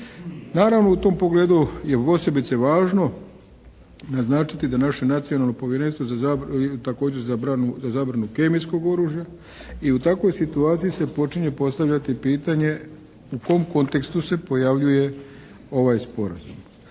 Naravno u tom pogledu je posebice važno da naše Nacionalno povjerenstvo za također zabranu kemijskog oružja i u takvoj situaciji se počinje postavljati pitanje u kom kontekstu se pojavljuje ovaj sporazum?